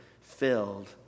filled